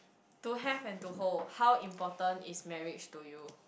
to have and to hold how important is marriage to you